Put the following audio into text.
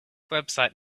website